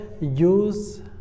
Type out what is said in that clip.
use